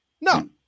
No